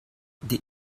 did